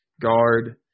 guard